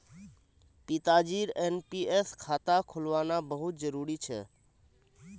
पिताजीर एन.पी.एस खाता खुलवाना बहुत जरूरी छ